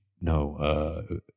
No